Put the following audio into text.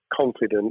confident